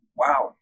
wow